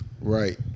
Right